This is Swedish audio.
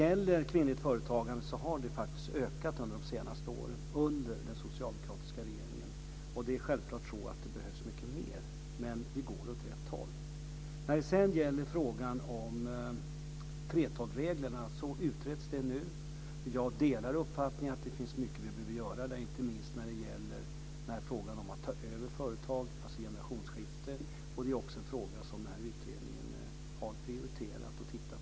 Det kvinnliga företagandet har faktiskt ökat under de senaste åren under den socialdemokratiska regeringen. Självfallet behövs det mycket mer, men det går åt rätt håll. Frågan om 3:12-reglerna utreds nu. Jag delar uppfattningen att det finns mycket som behöver göras, inte minst när det gäller generationsskiften, och det är också en fråga som denna utredning har prioriterat och ser över, och vi får avvakta vad den kommer med för förslag.